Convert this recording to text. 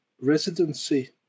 residency